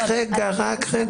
רק רגע.